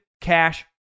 Cash